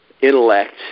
intellect